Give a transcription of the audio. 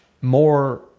more